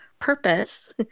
purpose